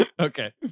Okay